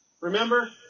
Remember